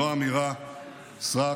זאת לא אמירת סרק.